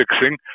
fixing